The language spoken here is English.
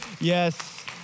Yes